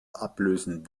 ablösen